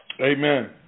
Amen